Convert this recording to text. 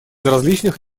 различных